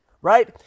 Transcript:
right